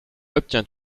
obtient